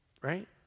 right